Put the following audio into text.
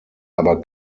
aber